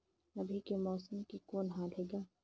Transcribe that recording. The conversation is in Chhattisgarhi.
अभी के मौसम के कौन हाल हे ग?